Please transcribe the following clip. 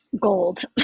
Gold